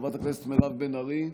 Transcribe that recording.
חברת הכנסת מירב בן ארי,